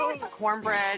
Cornbread